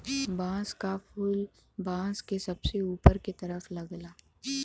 बांस क फुल बांस के सबसे ऊपर के तरफ लगला